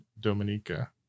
Dominica